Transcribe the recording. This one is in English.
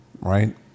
right